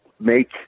make